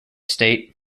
state